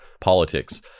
politics